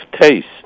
taste